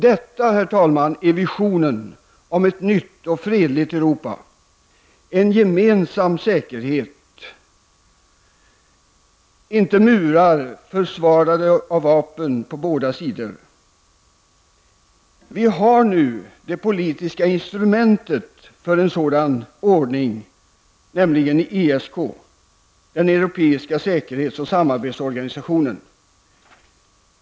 Detta, herr talman, är visionen av ett nytt och fredligt Europa -- en gemensam säkerhet, inte murar försvarade av vapen på båda sidor. Vi har nu det politiska instrumentet för en sådan ordning, nämligen ESK, den europeiska säkerhetsoch samarbetsorganisationen.